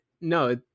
no